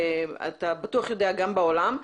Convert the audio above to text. אתה בטוח יודע גם בעולם.